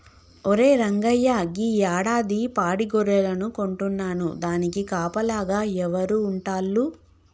ఒరే రంగయ్య గీ యాడాది పాడి గొర్రెలను కొంటున్నాను దానికి కాపలాగా ఎవరు ఉంటాల్లు